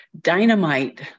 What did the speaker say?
dynamite